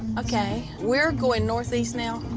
okay. we're going northeast now?